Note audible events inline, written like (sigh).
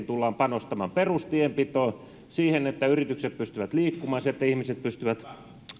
(unintelligible) tullaan panostamaan perustienpitoon siihen että yritykset pystyvät liikkumaan siihen että ihmiset pystyvät